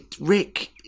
Rick